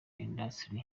industries